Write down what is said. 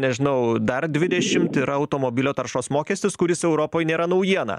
nežinau dar dvidešimt yra automobilio taršos mokestis kuris europoj nėra naujiena